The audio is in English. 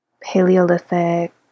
paleolithic